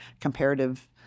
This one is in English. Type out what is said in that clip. comparative